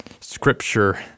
scripture